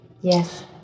Yes